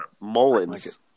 Mullins